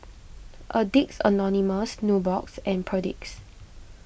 Addicts Anonymous Nubox and Perdix